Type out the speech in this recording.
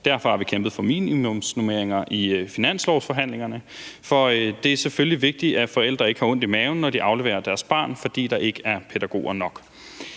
derfor har vi kæmpet for minimumsnormeringer i finanslovsforhandlingerne, for det er selvfølgelig vigtigt, at forældre ikke har ondt i maven, når de afleverer deres barn, fordi der ikke er pædagoger nok.